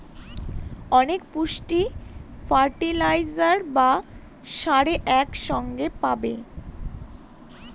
অনেক পুষ্টি ফার্টিলাইজার বা সারে এক সঙ্গে পাবো